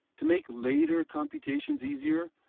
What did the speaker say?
to make later computations easier,